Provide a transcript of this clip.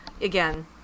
again